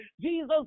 Jesus